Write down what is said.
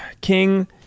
king